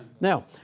Now